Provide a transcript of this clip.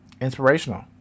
inspirational